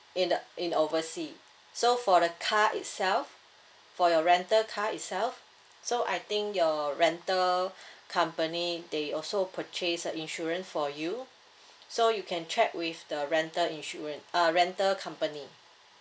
in the in the oversea so for the car itself for your rental car itself so I think your rental company they also purchase a insurance for you so you can check with the rental insurance uh rental company